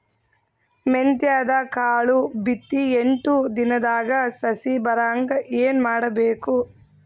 ಮೆಂತ್ಯದ ಕಾಳು ಬಿತ್ತಿ ಎಂಟು ದಿನದಾಗ ಸಸಿ ಬರಹಂಗ ಏನ ಮಾಡಬೇಕು?